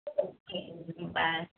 okay bye